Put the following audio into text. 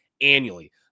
annually